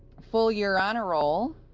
full year honor roll,